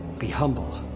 be humble.